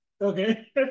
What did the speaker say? Okay